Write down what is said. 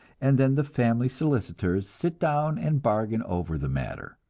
and then the family solicitors sit down and bargain over the matter.